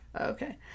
Okay